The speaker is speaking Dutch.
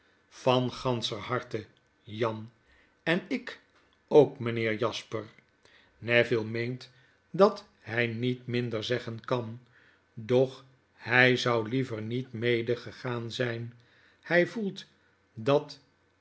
van ganscher harte jan en ik ook mtjnheer jasper neville meent dat hy niet minder zeggen kan doch hy zou liever niet mede gegaan zyn hi voelt dathy